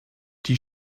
die